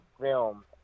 film